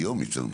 היום ייצא למחר,